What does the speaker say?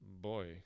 Boy